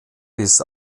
bis